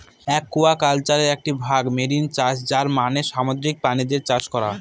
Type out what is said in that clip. একুয়াকালচারের একটি ভাগ মেরিন চাষ যার মানে সামুদ্রিক প্রাণীদের চাষ করা